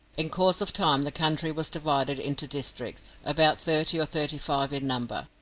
in course of time the country was divided into districts, about thirty or thirty-five in number,